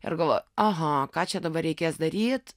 ir galvoju aha ką čia dabar reikės daryt